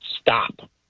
Stop